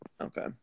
Okay